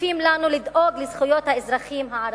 מטיפים לנו לדאוג לזכויות האזרחים הערבים.